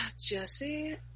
jesse